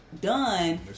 done